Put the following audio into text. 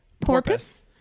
Porpoise